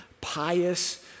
pious